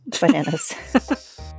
bananas